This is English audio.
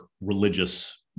religious